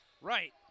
Right